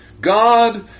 God